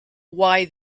why